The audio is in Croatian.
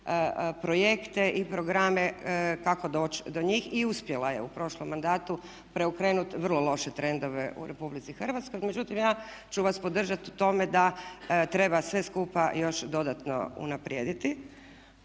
projekte i programe kako doći do njih i uspjela je u prošlom mandatu preokrenuti vrlo loše trendove u Republici Hrvatskoj. Međutim, ja ću vas podržati u tome da treba sve skupa još dodatno unaprijediti.